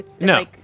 No